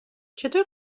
چطور